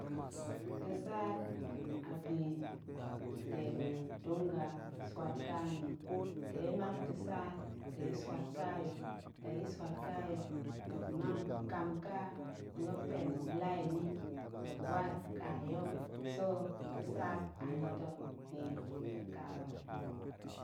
Ta̱saat a bi dega̱ dung ga suwat ƙa nni, tei ya̱ mang ta̱saat, la ya̱ suwat ƙa ya̱, muop mang ƙamƙa muop pen lai nni, so ta̱saat anita̱ bi ƙawaar yi.